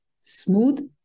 smooth